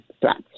threats